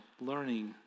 learning